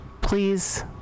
please